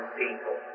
people